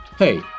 Hey